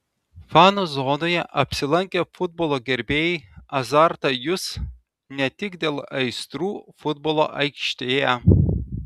fanų zonoje apsilankę futbolo gerbėjai azartą jus ne tik dėl aistrų futbolo aikštėje